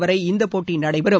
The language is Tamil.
வரை இந்த போட்டி நடைபெறும்